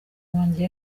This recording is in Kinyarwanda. wanjye